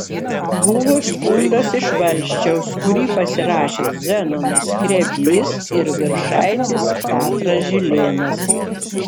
buvo skundas iš valsčiaus kurį pasirašė zenonas skrebys ir viršaitis petras žilėnas